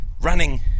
running